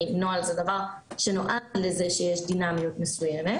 נוהל זה דבר שנועד לזה שיש דינמיות מסוימת.